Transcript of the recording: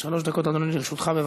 שלוש דקות, אדוני, לרשותך.